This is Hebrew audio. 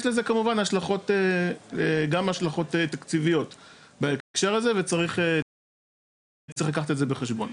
יש לזה כמובן גם השלכות תקציביות בהקשר הזה וצריך לקחת את זה בחשבון.